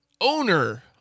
owner